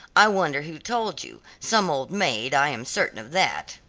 i wonder who told you some old maid, i am certain of that.